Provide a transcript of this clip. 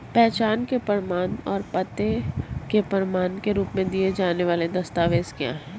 पहचान के प्रमाण और पते के प्रमाण के रूप में दिए जाने वाले दस्तावेज क्या हैं?